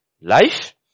life